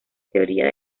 teoría